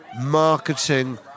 Marketing